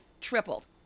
tripled